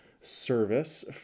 service